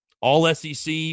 all-SEC